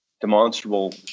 demonstrable